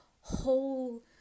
whole